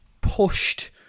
pushed